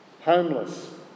homeless